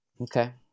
Okay